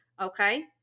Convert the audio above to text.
Okay